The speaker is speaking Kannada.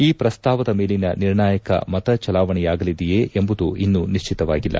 ಈ ಪ್ರಸ್ತಾವದ ಮೇಲಿನ ನಿರ್ಣಾಯಕ ಮತ ಚಲಾವಣೆಯಾಗಲಿದೆಯೇ ಎಂಬುದು ಇನ್ನು ನಿಶ್ಚಿತವಾಗಿಲ್ಲ